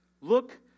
Look